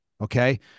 okay